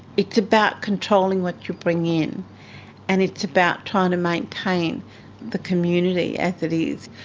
it's about controlling what you bring in and it's about trying to maintain the community as it is.